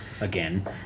again